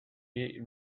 year